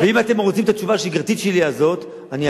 ואם אתם רוצים את התשובה השגרתית הזאת שלי,